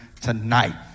tonight